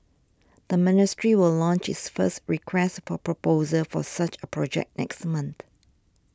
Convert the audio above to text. the ministry will launch its first Request for Proposal for such a project next month